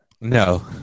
No